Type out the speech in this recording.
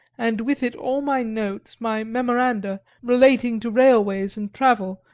and with it all my notes, my memoranda, relating to railways and travel,